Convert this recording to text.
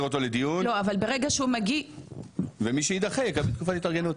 אותו לדיון ומי שיידחה יקבל תקופת התארגנות.